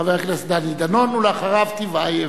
חבר הכנסת דני דנון, ואחריו, טיבייב.